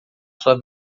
sua